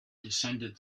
descended